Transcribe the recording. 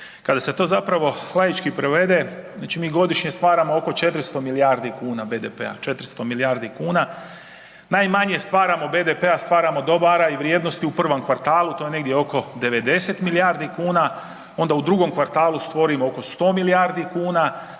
Kada se to laički prevede, mi godišnje stvaramo oko 400 milijardi kuna BDP-a, 400 milijardi kuna. Najmanje stvaramo BDP-a stvaramo dobara i vrijednosti u prvom kvartalu to je negdje oko 90 milijardi kuna, onda u drugom kvartalu stvorimo oko 100 milijuna kuna